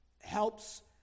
helps